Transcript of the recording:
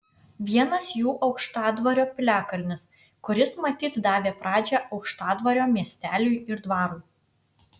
vienas jų aukštadvario piliakalnis kuris matyt davė pradžią aukštadvario miesteliui ir dvarui